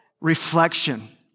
reflection